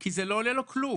כי זה לא עולה לו כלום.